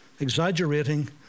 exaggerating